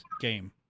game